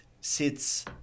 sits